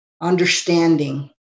Understanding